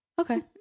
Okay